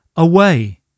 Away